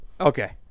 Okay